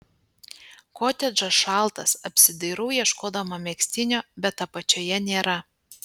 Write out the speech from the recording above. kotedžas šaltas apsidairau ieškodama megztinio bet apačioje nėra